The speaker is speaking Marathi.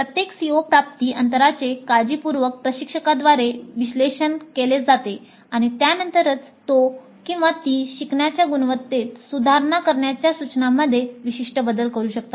प्रत्येक CO प्राप्ती अंतरांचे काळजीपूर्वक प्रशिक्षकाद्वारे विश्लेषण केले जाते आणि त्यानंतरच तो किंवा ती शिकवण्याच्या गुणवत्तेत सुधारणा करण्याच्या सूचनांमध्ये विशिष्ट बदल करू शकतात